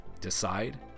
Decide